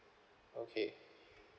okay